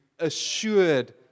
assured